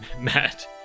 matt